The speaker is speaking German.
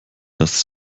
das